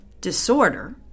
Disorder